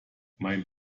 mein